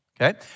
Okay